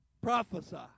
prophesy